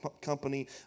company